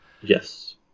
yes